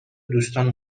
دوستان